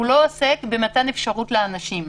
הוא לא עוסק במתן אפשרות לאנשים.